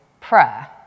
prayer